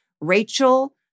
Rachel